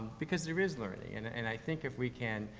because there is learning, and an and i think if we can,